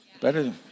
Better